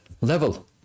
level